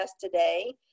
today